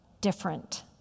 different